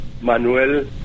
Manuel